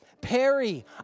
Perry